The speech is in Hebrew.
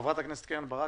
חברת הכנסת קרן ברק,